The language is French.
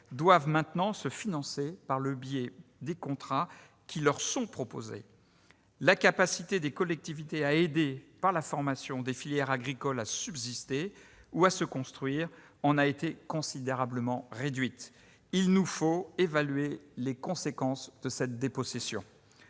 doivent maintenant se financer par le biais des contrats qui leur sont proposés. La capacité des collectivités territoriales à aider, par la formation, des filières agricoles à subsister ou à se construire en a été considérablement réduite. Il nous faut évaluer les conséquences de cette dépossession.